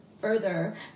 further